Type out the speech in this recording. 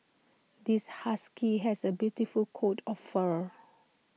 this husky has A beautiful coat of fur